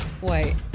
Wait